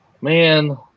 Man